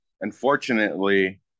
Unfortunately